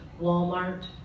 Walmart